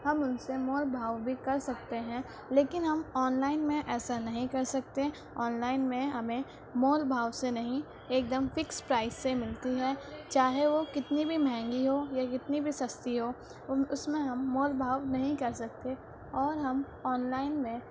ہم ان سے مول بھاؤ بھی کر سکتے ہیں لیکن ہم آن لائن میں ایسا نہیں کر سکتے آن لائن میں ہمیں مول بھاؤ سے نہیں ایک دم فکس پرائز سے ملتی ہے چاہے وہ کتنی بھی مہنگی ہو یا کتنی بھی سستی ہو ان اس میں ہم مول بھاؤ نہیں کر سکتے اور ہم آن لائن میں